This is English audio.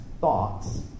thoughts